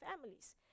families